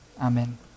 Amen